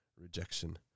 rejection